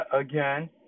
again